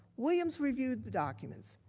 williams reviewed the documents.